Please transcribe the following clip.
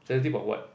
sensitive about what